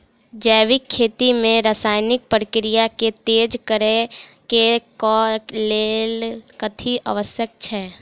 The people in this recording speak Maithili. जैविक खेती मे रासायनिक प्रक्रिया केँ तेज करै केँ कऽ लेल कथी आवश्यक छै?